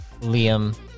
Liam